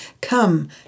come